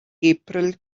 april